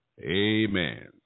Amen